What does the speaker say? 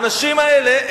האנשים האלה,